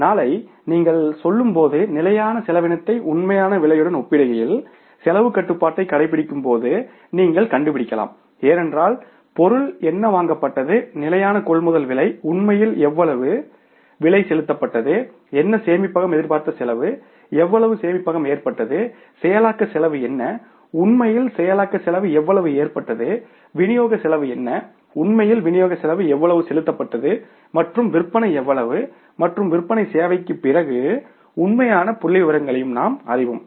நாளை நீங்கள் சொல்லும்போது நிலையான செலவினத்தை உண்மையான விலையுடன் ஒப்பிடுகையில் செலவுக் கட்டுப்பாட்டைக் கடைப்பிடிக்கும்போது நீங்கள் கண்டுபிடிக்கலாம் ஏனென்றால் பொருள் என்ன வாங்கப்பட்டது நிலையான கொள்முதல் விலை உண்மையில் எவ்வளவு விலை செலுத்தப்பட்டது என்ன சேமிப்பகம் எதிர்பார்த்த செலவு எவ்வளவு சேமிப்பகம் ஏற்பட்டது செயலாக்க செலவு என்ன உண்மையில் செயலாக்க செலவு எவ்வளவு ஏற்பட்டது விநியோக செலவு என்ன உண்மையில் விநியோக செலவு எவ்வளவு செலுத்தப்பட்டது மற்றும் விற்பனை எவ்வளவு மற்றும் விற்பனை சேவைக்குப் பிறகு உண்மையான புள்ளிவிவரங்களையும் நாம் அறிவோம்